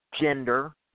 Gender